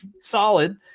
solid